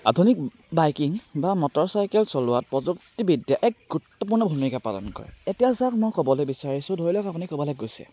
আধুনিক বাইকিং বা মটৰচাইকেল চলোৱাত প্ৰযুক্তিবিদ্যাই এক গুৰুত্বপূৰ্ণ ভূমিকা পালন কৰে এতিয়া যাক মই ক'বলৈ বিচাৰিছোঁ ধৰি লওক আপুনি ক'ৰবালৈ গৈছে